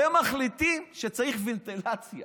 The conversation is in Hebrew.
אתם מחליטים שצריך ונטילציה,